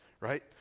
right